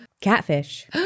Catfish